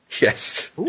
Yes